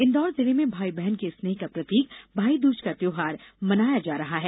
इंदौर जिले में भाई बहन के स्नेह का प्रतीक भाई दूज का त्योहार मनाया जा रहा है